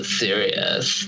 serious